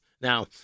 Now